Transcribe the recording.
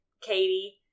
Katie